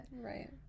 Right